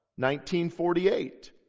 1948